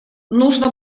нужно